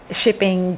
shipping